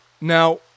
Now